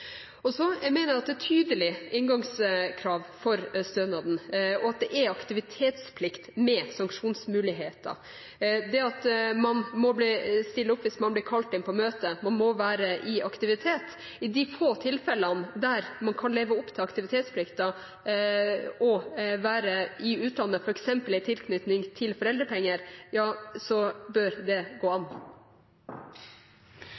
vis. Så mener jeg at det er tydelige inngangskrav for stønaden og at det er aktivitetsplikt med sanksjonsmuligheter, det at man må stille opp hvis man blir kalt inn til møte, man må være i aktivitet. I de få tilfellene der man kan leve opp til aktivitetsplikten og være i utdanning f.eks. i tilknytning til foreldrepenger, så bør det gå an.